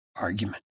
argument